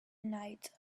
night